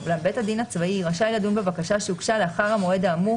אולם בית הדין הצבאי ראשי לדון בבקשה שהוגשה לאחר המועד האמור,